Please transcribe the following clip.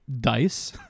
dice